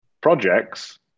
projects